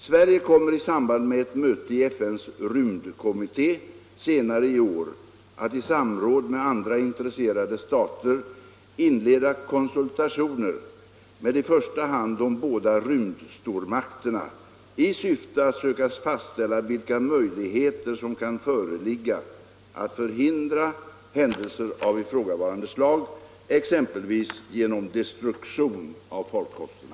Sverige kommer i samband med ett möte i FN:s rymdkommitté senare i år att i samråd med andra intresserade stater inleda konsultationer med i första hand de båda rymdstormakterna i syfte att söka fastställa vilka möjligheter som kan föreligga att förhindra händelser av ifrågavarande slag, exempelvis genom destruktion av farkosterna.